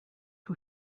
who